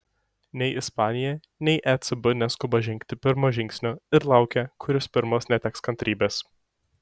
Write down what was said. nei ispanija nei ecb neskuba žengti pirmo žingsnio ir laukia kuris pirmas neteks kantrybės